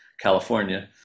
California